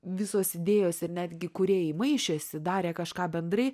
visos idėjos ir netgi kūrėjai maišėsi darė kažką bendrai